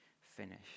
finish